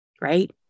right